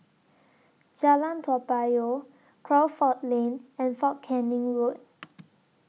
Jalan Toa Payoh Crawford Lane and Fort Canning Road